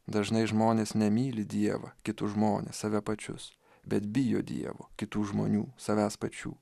dažnai žmonės ne myli dievą kitus žmones save pačius bet bijo dievo kitų žmonių savęs pačių